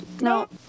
no